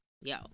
yo